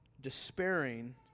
despairing